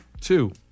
Two